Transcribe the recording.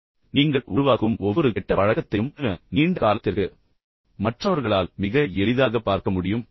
எனவே நீங்கள் உருவாக்கும் ஒவ்வொரு கெட்ட பழக்கத்தையும் நீண்ட காலத்திற்கு மற்றவர்களால் மிக எளிதாக பார்க்க முடியும்